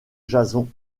jason